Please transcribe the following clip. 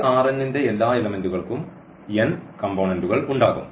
ഈ ന്റെ എല്ലാ എലെമെന്റുകൾക്കും n കംപോണന്റുകൾ ഉണ്ടാകും